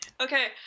okay